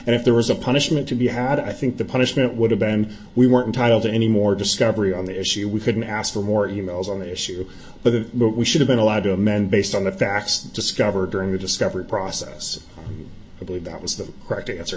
and if there was a punishment to be had i think the punishment would have been we weren't entitled to any more discovery on the issue we couldn't ask for more e mails on the issue but that we should have been allowed to amend based on the facts discovered during the discovery process i believe that was th